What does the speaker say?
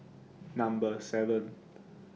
Number seven